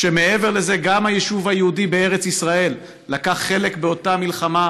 שמעבר לזה גם היישוב היהודי בארץ ישראל לקח חלק באותה מלחמה,